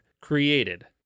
created